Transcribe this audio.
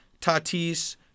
Tatis